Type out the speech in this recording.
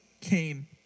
came